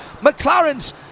McLarens